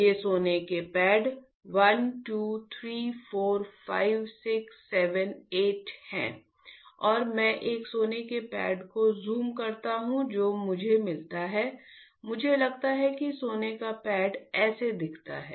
ये सोने के पैड 1 2 3 4 5 6 7 8 है और मैं एक सोने के पैड को ज़ूम करता हूं जो मुझे मिलता है मुझे लगता है कि सोने का पैड ऐसा दिखता है